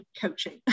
coaching